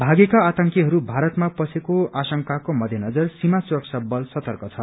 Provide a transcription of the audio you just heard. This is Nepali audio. भागेका आंतकीहरू भारतमा पसेको आंशकाको मध्येनजर सिमा सुरक्षा बल सतर्क छ